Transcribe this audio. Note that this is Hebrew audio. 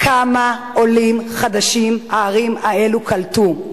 כמה עולים חדשים הערים האלה קלטו?